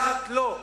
לא.